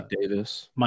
Davis